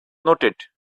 noted